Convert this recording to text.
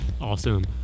Awesome